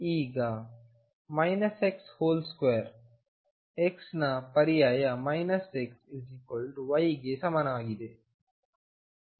ಈಗ x2 x ನ ಪರ್ಯಾಯ xy ಗೆ ಸಮಾನವಾಗಿದೆ